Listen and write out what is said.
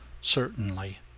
Certainly